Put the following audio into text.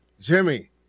Jimmy